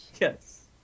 Yes